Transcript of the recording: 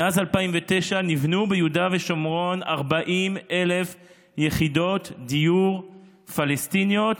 מאז 2009 נבנו ביהודה ושומרון 40,000 יחידות דיור פלסטיניות